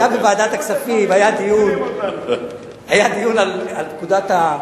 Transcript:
היה בוועדת הכספים, היה דיון על פקודת,